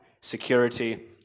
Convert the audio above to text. security